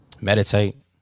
Meditate